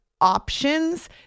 options